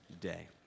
day